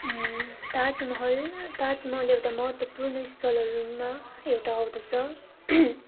ताजमहल ताजमहल एउटा महत्त्वपूर्ण स्थलहरूमा एउटा आउँदछ